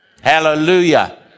Hallelujah